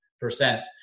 percent